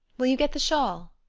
will you get the shawl?